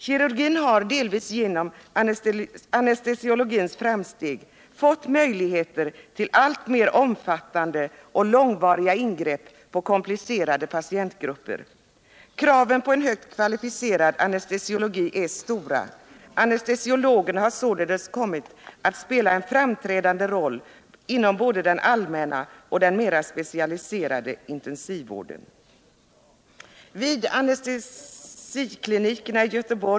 Kirurgin har delvis genom anestesiologins framsteg fått möjligheter till alltmer omfattande och långvariga ingrepp på komplicerade patientgrupper. Kraven på en högt kvalificerad anestesiologi är stora. Anestesiologerna har således kommit att spela en framträdande roll inom både den allmänna och den mera specialiserade intensivvården.